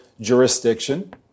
jurisdiction